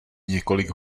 několik